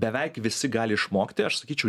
beveik visi gali išmokti aš sakyčiau